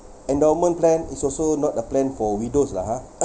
endowment plan is also not a plan for widows lah ha